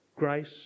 grace